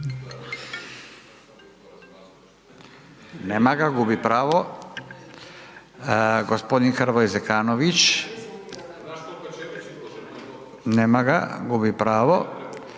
Nema ga, gubi pravo.